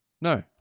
No